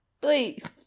Please